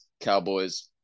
Cowboys